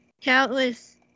countless